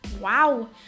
Wow